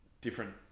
different